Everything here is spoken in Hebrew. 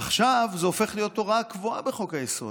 עכשיו זה הופך להיות הוראה קבועה בחוק-היסוד.